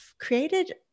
created